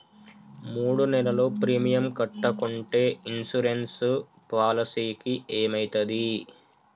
మూడు నెలలు ప్రీమియం కట్టకుంటే ఇన్సూరెన్స్ పాలసీకి ఏమైతది?